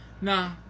Nah